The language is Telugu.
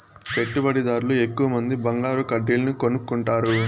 పెట్టుబడిదార్లు ఎక్కువమంది బంగారు కడ్డీలను కొనుక్కుంటారు